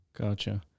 Gotcha